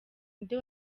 nde